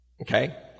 Okay